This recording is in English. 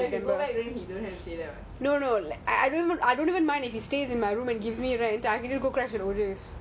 if you go back then he don't have to stay [what]